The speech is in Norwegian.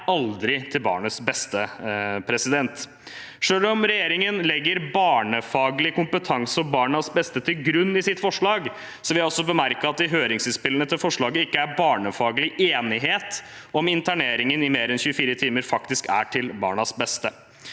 er aldri til barnets beste. Selv om regjeringen legger barnefaglig kompetanse og barnas beste til grunn i sitt forslag, vil jeg også bemer ke at det i høringsinnspillene til forslaget ikke er barnefaglig enighet om internering i mer enn 24 timer faktisk er til barnas beste.